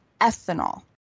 ethanol